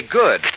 good